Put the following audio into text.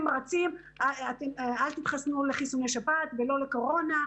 רצים: אל תתחסנו לחיסוני שפעת ולא לקורונה,